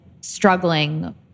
struggling